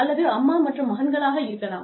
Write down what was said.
அல்லது அம்மா மற்றும் மகன்களாக இருக்கலாம்